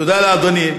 תודה לאדוני.